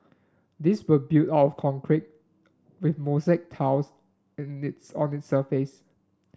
these were built of concrete with mosaic tiles in its on its surface